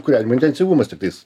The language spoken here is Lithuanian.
kūrenimo intensyvumas tiktais